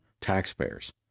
taxpayers